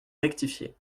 rectifié